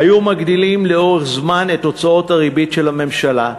היו מגדילים לאורך זמן את הוצאות הריבית של הממשלה,